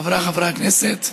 חבריי חברי הכנסת,